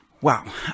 Wow